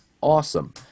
awesome